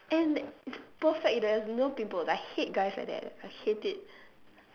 and it's perfect there's no pimples I hate guys like that I hate it